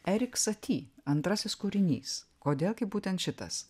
erik saty antrasis kūrinys kodėl būtent šitas